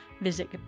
Visit